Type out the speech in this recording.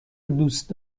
دوست